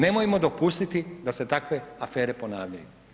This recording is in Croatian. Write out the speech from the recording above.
Nemojmo dopustiti da se takve afere ponavljaju.